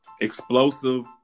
explosive